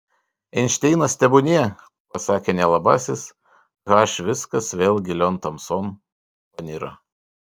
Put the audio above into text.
einšteinas tebūnie pasakė nelabasis h viskas vėl gilion tamson paniro